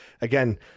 again